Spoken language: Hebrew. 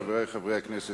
חברי חברי הכנסת,